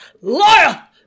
Liar